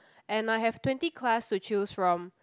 and I have twenty class to choose from